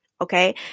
okay